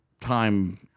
time